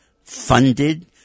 funded